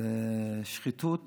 זאת שחיתות